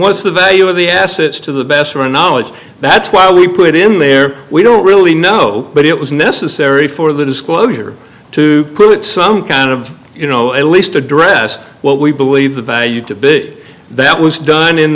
what's the value of the assets to the best of my knowledge that's why we put in there we don't really know but it was necessary for the disclosure to put some kind of you know at least addressed what we believe by you to big that was done in